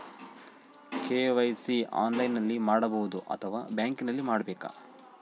KYC ಆನ್ಲೈನಲ್ಲಿ ಮಾಡಬಹುದಾ ಅಥವಾ ಬ್ಯಾಂಕಿನಲ್ಲಿ ಮಾಡ್ಬೇಕಾ?